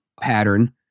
pattern